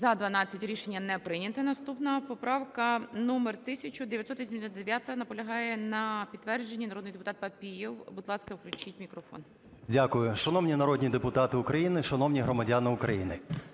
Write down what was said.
За-12 Рішення не прийнято. Наступна поправка номер 1989, наполягає на підтвердженні народний депутат Папієв. Будь ласка, включіть мікрофон. 11:16:59 ПАПІЄВ М.М. Дякую. Шановні народні депутати України, шановні громадяни України!